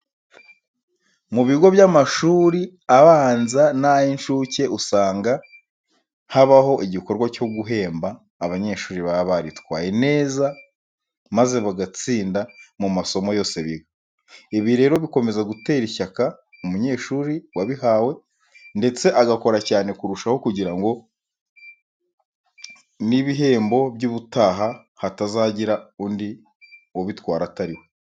Mu bigo by'amashuri abanza n'ay'incuke usanga habaho igikorwa cyo guhemba abanyeshuri baba baritwaye neza maze bagatsinda mu masomo yose biga. Ibi rero bikomeza gutera ishyaka umunyeshuri wabihawe ndetse agakora cyane kurushaho kugira ngo n'ibihembo by'ubutaha hatazagira undi ubitwara utari we.